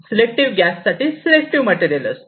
selective gas साठी selective material असते